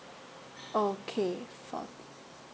okay